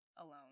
Alone